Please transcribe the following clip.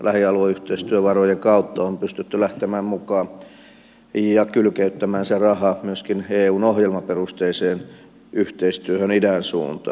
lähialueyhteistyövarojen kautta on pystytty lähtemään mukaan ja kylkeyttämään se raha myöskin eun ohjelmaperusteiseen yhteistyöhön idän suuntaan